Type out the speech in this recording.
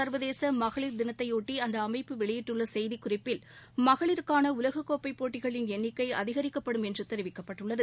சர்வதேச மகளிர் தினத்தையொட்டி அந்த அமைப்பு வெளியிட்டுள்ள செய்தி குறிப்பில் மகளிருக்கான உலகக்கோப்பை போட்டிகளின் எண்ணிக்கை அதிகரிக்கப்படும் என்று தெரிவிக்கப்பட்டுள்ளது